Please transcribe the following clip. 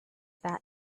fat